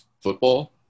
football